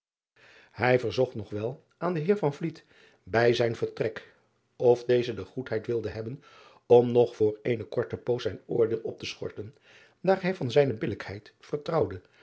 ij verzocht nog wel aan den eer bij zijn vertrek of deze de goedheid wilde hebben om nog voor eene korte poos zijn oordeel op te schorten daar hij van zijne billijkheid vertrouwde